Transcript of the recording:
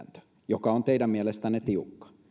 joka on teidän mielestänne tiukka